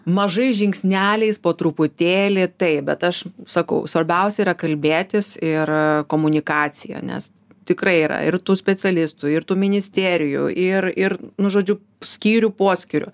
mažais žingsneliais po truputėlį taip bet aš sakau svarbiausia yra kalbėtis ir komunikacija nes tikrai yra ir tų specialistų ir tų ministerijų ir ir nu žodžiu skyrių poskyrių